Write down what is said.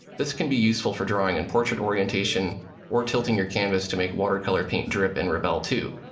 this can be useful for drawing in portrait orientation or tilting your canvas to make watercolor paint drip in rebelle two.